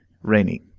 rainy.